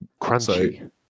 Crunchy